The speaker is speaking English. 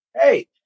Hey